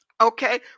Okay